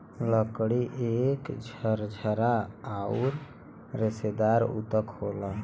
लकड़ी एक झरझरा आउर रेसेदार ऊतक होला